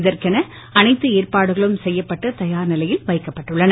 இதற்கென அனைத்து ஏற்பாடுகளும் செய்யப்பட்டு தயார் நிலையில் வைக்கப்பட்டுள்ளன